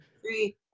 three